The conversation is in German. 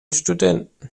studenten